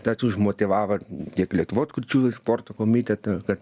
tas užmotyvavo tiek lietuvos kurčiųjų sporto komitetą kad